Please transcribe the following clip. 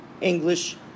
English